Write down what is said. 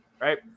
right